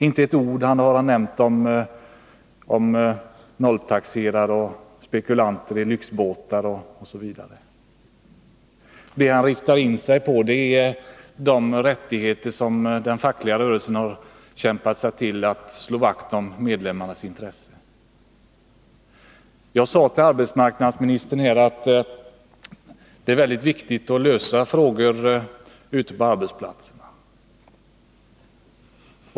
Inte ett ord har han nämnt om nolltaxerare och spekulanter i lyxbåtar osv. Det han riktar in sig på är de rättigheter som den fackliga rörelsen har kämpat sig till, för att slå vakt om medlemmarnas intressen. Jag sade till arbetsmarknadsministern att det är mycket viktigt att lösa frågor ute på arbetsplatserna.